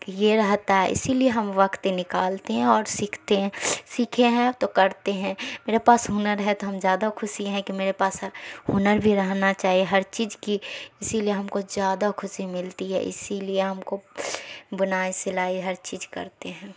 یہ رہتا ہے اسی لیے ہم وقت نکالتے ہیں اور سیکھتے ہیں سیکھے ہیں تو کرتے ہیں میرے پاس ہنر ہے تو ہم زیادہ خوشی ہیں کہ میرے پاس ہنر بھی رہنا چاہیے ہر چیز کی اسی لیے ہم کو زیادہ خوشی ملتی ہے اسی لیے ہم کو بنائی سلائی ہر چیز کرتے ہیں